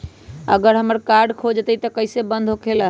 अगर हमर कार्ड खो जाई त इ कईसे बंद होकेला?